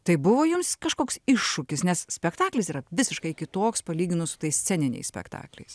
tai buvo jums kažkoks iššūkis nes spektaklis yra visiškai kitoks palyginus su tais sceniniais spektakliais